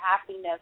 happiness